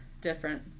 different